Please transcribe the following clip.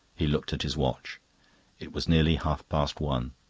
he looked at his watch it was nearly half-past one.